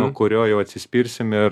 nuo kurio jau atsispirsim ir